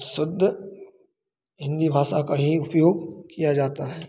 शुद्ध हिन्दी भाषा का ही उपयोग किया जाता है